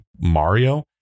mario